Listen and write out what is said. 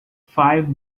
five